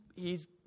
hes